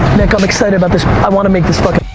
nick, i'm excited about this, i want to make this work.